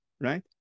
right